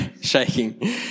shaking